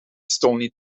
stoney